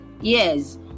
Yes